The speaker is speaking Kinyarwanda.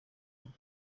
umva